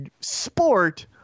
sport